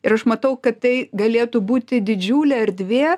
ir aš matau kad tai galėtų būti didžiulė erdvė